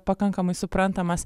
pakankamai suprantamas